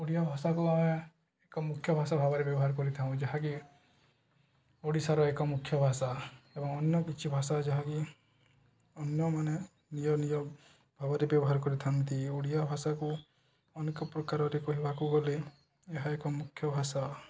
ଓଡ଼ିଆ ଭାଷାକୁ ଆମେ ଏକ ମୁଖ୍ୟ ଭାଷା ଭାବରେ ବ୍ୟବହାର କରିଥାଉ ଯାହାକି ଓଡ଼ିଶାର ଏକ ମୁଖ୍ୟ ଭାଷା ଏବଂ ଅନ୍ୟ କିଛି ଭାଷା ଯାହାକି ଅନ୍ୟମାନେ ନିୟମିତ ଭାବରେ ବ୍ୟବହାର କରିଥାନ୍ତି ଓଡ଼ିଆ ଭାଷାକୁ ଅନେକ ପ୍ରକାରରେ କହିବାକୁ ଗଲେ ଏହା ଏକ ମୁଖ୍ୟ ଭାଷା